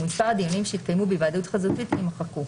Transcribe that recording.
ומספר הדיונים שהתקיימו בהיוועדות חזותית" - יימחקו.